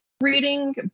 reading